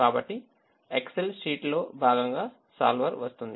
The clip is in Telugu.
కాబట్టి ఎక్సెల్ షీట్లో భాగంగా solver వస్తుంది